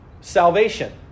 salvation